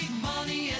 money